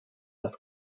das